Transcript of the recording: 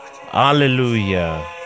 Hallelujah